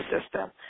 system